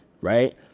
right